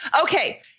Okay